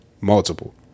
multiple